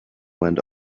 went